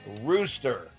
Rooster